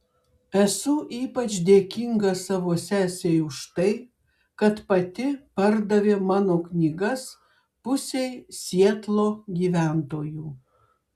esu ypač dėkinga savo sesei už tai kad pati pardavė mano knygas pusei sietlo gyventojų